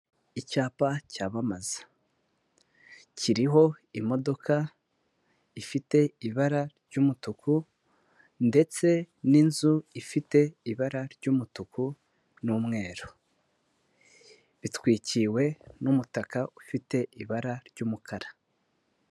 Icyapa cyamamaza kiriho imodoka ifite ibara ry'umutuku ndetse n'inzu ifite ibara ry'umutuku n'umweru bitwikiriwe n'umutaka ufite ibara ry'umukara.